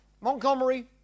Montgomery